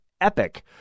epic